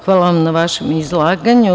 Hvala na vašem izlaganju.